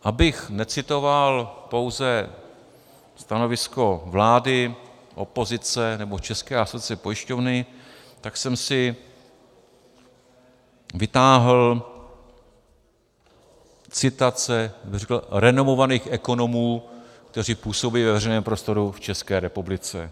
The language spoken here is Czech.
Abych necitoval pouze stanovisko vlády, opozice nebo České asociace pojišťovny, tak jsem si vytáhl citace renomovaných ekonomů, kteří působí ve veřejném prostoru v České republice.